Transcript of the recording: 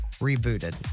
rebooted